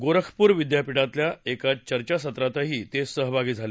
गोरखपूर विद्यापीठातल्या एका चर्चासत्रातही ते सहभागी झाले